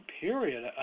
period